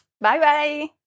Bye-bye